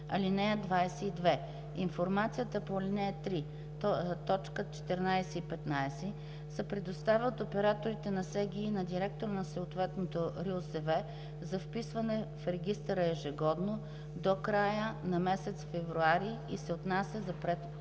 (22) Информацията по ал. 3, т. 14 и 15 се предоставя от операторите на СГИ на директора на съответната РИОСВ за вписване в регистъра ежегодно, до края на месец февруари, и се отнася за предходната